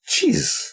Jeez